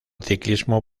ciclismo